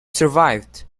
survived